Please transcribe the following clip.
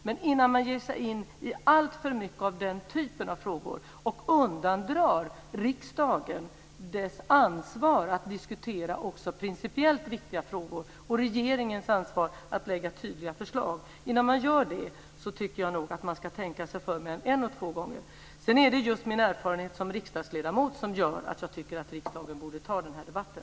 Men innan man ger sig in i alltför mycket av den typen av frågor och undandrar riksdagen dess ansvar att diskutera också principiellt viktiga frågor och regeringens ansvar för att lägga fram tydliga förslag tycker jag att man ska tänka sig för både en och två gånger. Sedan är det min erfarenhet som riksdagsledamot som gör att jag tycker att riksdagen borde ta den debatten.